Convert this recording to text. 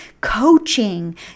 coaching